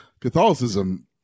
Catholicism